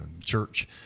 church